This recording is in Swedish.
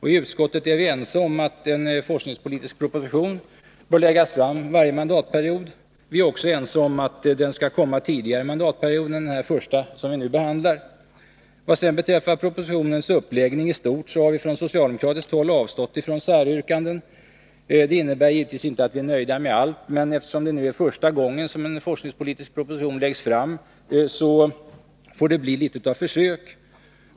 I utskottet är vi ense om att en forskningspolitisk proposition bör läggas fram varje mandatperiod. Vi är också ense om att den skall komma tidigare i mandatperioden än denna första, som vi nu behandlar. Vad sedan beträffar propositionens uppläggning i stort har vi från socialdemokratiskt håll avstått från säryrkanden. Det innebär givetvis inte att vi är nöjda med allt, men eftersom det nu är första gången som en forskningspolitisk proposition läggs fram, får det bli litet av försök.